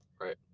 Right